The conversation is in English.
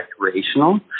recreational